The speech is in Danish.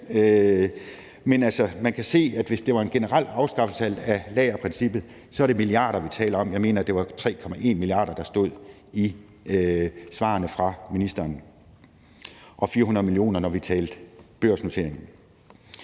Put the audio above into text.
kan altså se, at hvis det var en generel afskaffelse af lagerprincippet, så er det milliarder, vi taler om. Jeg mener, det var 3,1 mia. kr., der stod i svarene fra ministeren, og 400 mio. kr., når vi talte børsnotering.